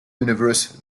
universe